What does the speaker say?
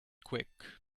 quick